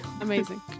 Amazing